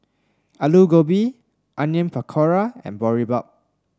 Alu Gobi Onion Pakora and Boribap